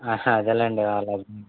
అదేలేండి వాళ్ళది